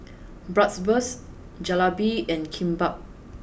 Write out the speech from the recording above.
Bratwurst Jalebi and Kimbap